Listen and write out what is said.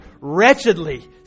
wretchedly